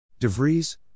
DeVries